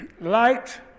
light